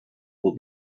will